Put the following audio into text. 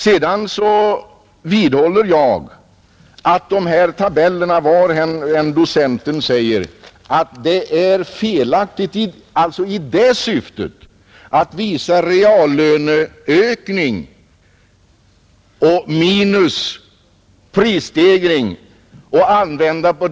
Jag vidhåller — vad än docenten säger — att det är felaktigt att använda de här tabellerna i syfte att visa reallöneökning och prisstegring.